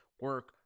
Work